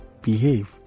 behave